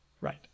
right